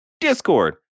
Discord